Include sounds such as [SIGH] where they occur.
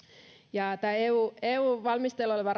tämä eun valmisteilla oleva [UNINTELLIGIBLE]